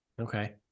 Okay